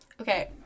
Okay